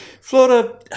Florida